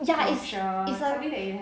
ya it's a